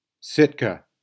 Sitka